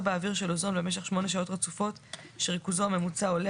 באוויר של אוזון במשך 8 שעות רצופות שריכוזו הממוצע עולה